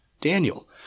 daniel